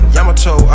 Yamato